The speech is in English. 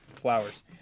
flowers